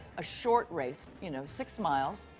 a short race, you know, six miles,